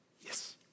Yes